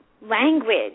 language